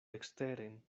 eksteren